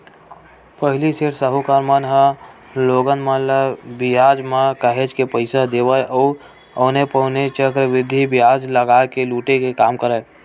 पहिली सेठ, साहूकार मन ह लोगन मन ल बियाज म काहेच के पइसा देवय अउ औने पौने चक्रबृद्धि बियाज लगा के लुटे के काम करय